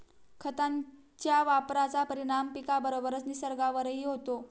खतांच्या वापराचा परिणाम पिकाबरोबरच निसर्गावरही होतो